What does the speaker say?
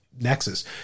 nexus